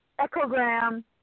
echogram